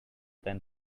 than